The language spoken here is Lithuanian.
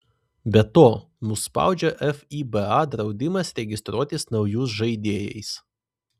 be to mus spaudžia fiba draudimas registruotis naujus žaidėjais